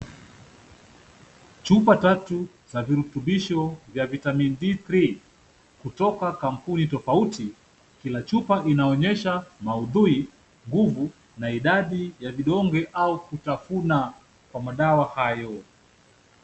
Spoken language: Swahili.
Chupa tatu za virutubisho vya vitamin D3 . Kutoka kampuni tofauti. Kila chupa inaonyesha, maudhui, nguvu na idadi ya vidonge au kutafuna kwa madawa hayo.